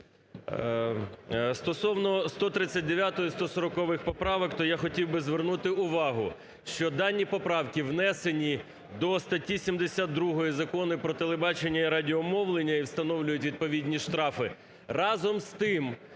Стосовно 139-140-их поправок, то я хотів би звернути увагу, що дані поправки внесені до статті 72 Закону "Про телебачення і радіомовлення" і встановлюють відповідні штрафи. Разом з тим,